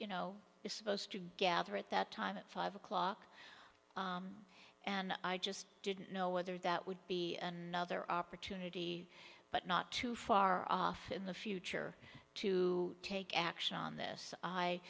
you know it's supposed to gather at that time at five o'clock and i just didn't know whether that would be another opportunity but not too far off in the future to take action on this i